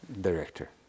director